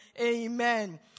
Amen